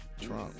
Trump